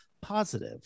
positive